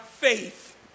faith